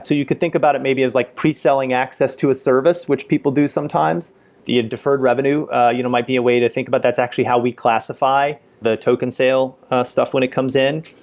you could think about it maybe it like pre-selling access to a service, which people do sometimes the deferred revenue you know might be a way to think about that's actually how we classify the token sale stuff when it comes in.